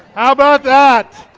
ah about that?